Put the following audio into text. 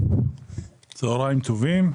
צוהריים טובים.